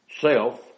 self